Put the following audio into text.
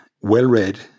well-read